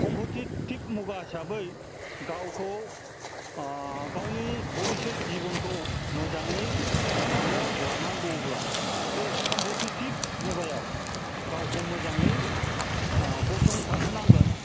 competitive मुगा हिसाबै गावखौ गावनि बबिसत जिबनखौ मोजाङै दानो लानांगौब्ला बे कमपिटेटिभ मुगायाव गावखौ मोजाङै गसंथाहोनांगोन